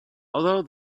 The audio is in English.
although